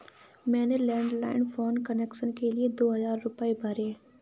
मैंने landline phone connection के लिए दो हजार रुपए भरे